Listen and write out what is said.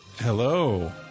Hello